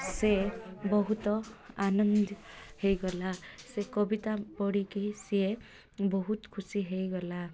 ସେ ବହୁତ ଆନନ୍ଦ ହେଇଗଲା ସେ କବିତା ପଢ଼ିକି ସିଏ ବହୁତ ଖୁସି ହେଇଗଲା